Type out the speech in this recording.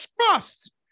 trust